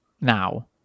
now